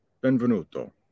benvenuto